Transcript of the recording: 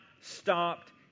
stopped